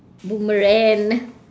boomerang